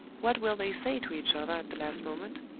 what will they say to each other at the last moment?